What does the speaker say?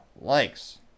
likes